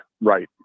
right